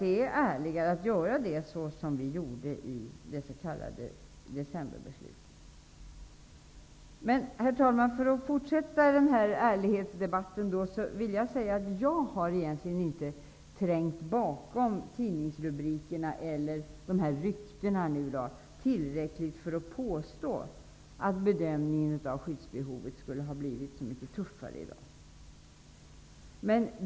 Det vore ärligare att göra som den socialdemokratiska regeringen gjorde med det s.k. Herr talman! För att här fortsätta ärlighetsdebatten, vill jag säga att jag egentligen inte här trängt tillräckligt mycket bakom tidningsrubrikerna eller dessa rykten för att påstå att bedömningen av skyddsbehovet har blivit mycket tuffare i dag.